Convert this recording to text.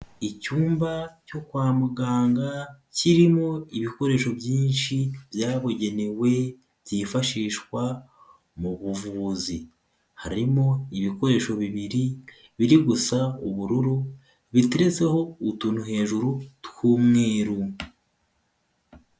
Icyumba cyo kwa muganga kirimo ibikoresho byinshi byabugenewe byifashishwa mu buvuzi, harimo ibikoresho bibiri biri gusa ubururu biteretseho utuntu hejuru tw'umweru.